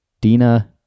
Dina